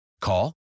call